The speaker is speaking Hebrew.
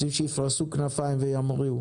רוצים שיפרשו כנפיים וימריאו.